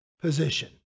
position